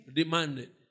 demanded